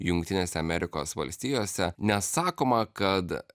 jungtinėse amerikos valstijose nes sakoma kad